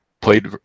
played